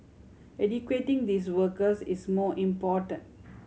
educating these workers is more important